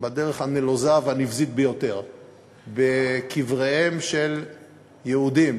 בדרך הנלוזה והנבזית ביותר בקבריהם של יהודים